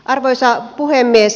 arvoisa puhemies